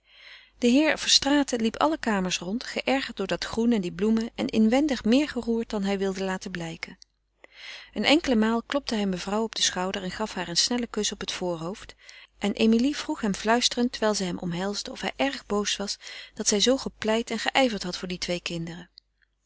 de heer verstraeten liep alle kamers rond geërgerd door dat groen en die bloemen en inwendig meer geroerd dan hij wilde laten blijken eene enkele maal klopte hij mevrouw op den schouder en gaf haar een snellen kus op het voorhoofd en emilie vroeg hem fluisterend terwijl zij hem omhelsde of hij erg boos was dat zij zoo gepleit en geijverd had voor die twee kinderen